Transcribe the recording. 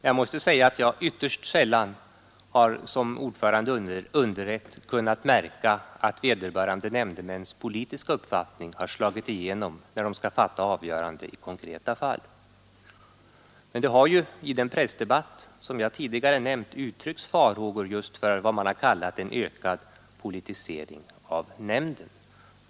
Jag måste säga att jag ytterst sällan som ordförande i underrätt har kunnat märka att vederbörande nämndemäns politiska uppfattning har slagit igenom när de skall fatta avgörande i konkreta fall. Det har ju i den pressdebatt som jag tidigare nämnt uttryckts farhågor just för vad man har kallat en ökad politisering av nämnden.